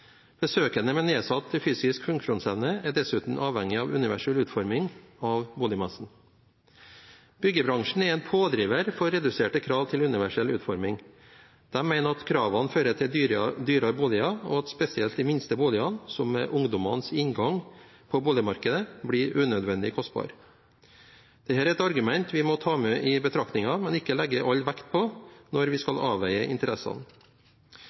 Besøkende med nedsatt fysisk funksjonsevne er dessuten avhengig av universell utforming av boligmassen. Byggebransjen er en pådriver for reduserte krav til universell utforming. De mener at kravene fører til dyrere boliger, og at spesielt de minste boligene, som er ungdommenes inngang på boligmarkedet, blir unødvendig kostbare. Dette er et argument vi må ta med i betraktningen, men ikke legge all vekt på, når vi skal avveie interessene.